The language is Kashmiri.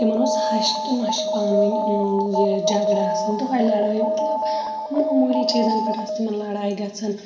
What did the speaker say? تِمَن اوس ہَشہٕ تہٕ نۄشہٕ پانہٕ وٕنۍ یہِ جَگڑٕ آسان دُہے لَڑٲے مَطلَب موٚہموٗلی چیٖزَن پیٹھ آسہٕ تِمَن لڑایہِ گَژھان